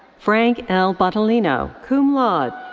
frank l. battaglino, cum laude.